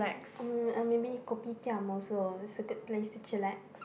oh uh maybe Kopitiam also is a good place to chillax